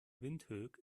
windhoek